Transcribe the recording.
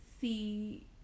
see